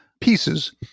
pieces